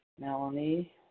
Melanie